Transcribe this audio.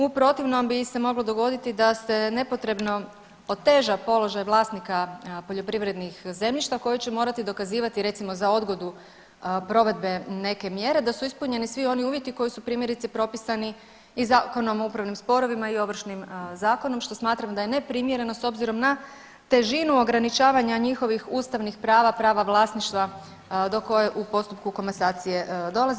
U protivnom bi se moglo dogoditi da se nepotrebno oteža položaj vlasnika poljoprivrednih zemljišta koji će morati dokazivati recimo za odgodu provedbe neke mjere da su ispunjeni svi oni uvjeti koji su primjerice propisani i Zakonom o upravnim sporovima i Ovršnim zakonom što smatram da je neprimjereno s obzirom na težinu ograničavanja njihovih ustavnih prava, prava vlasništva do koje u postupku komasacije dolazi.